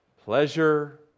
Pleasure